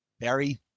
barry